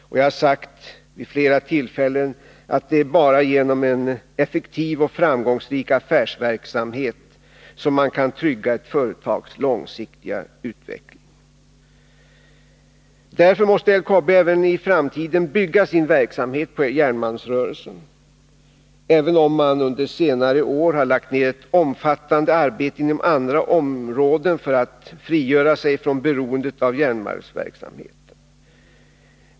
Som jag sagt vid flera tillfällen är det endast genom en effektiv och framgångsrik affärsverksamhet som man kan trygga ett företags långsiktiga utveckling. Därför måste LKAB även i framtiden bygga sin verksamhet på järnmalmsrörelsen, även om företaget under senare år har lagt ner ett omfattande arbete inom andra områden för att frigöra sig från beroendet av järnmalmsverksamheten.